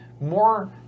more